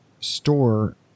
store